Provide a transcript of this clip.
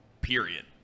period